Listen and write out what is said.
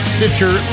Stitcher